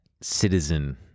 citizen